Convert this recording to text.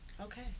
Okay